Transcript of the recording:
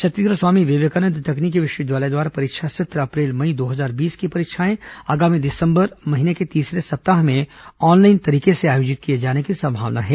छत्तीसगढ़ स्वामी विवेकानंद तकनीकी विश्वविद्यालय द्वारा परीक्षा सत्र अप्रैल मई दो हजार बीस की परीक्षाएं आगामी दिसंबर माह के तीसरे सप्ताह में ऑनलाइन आयोजित किए जाने की संभावना है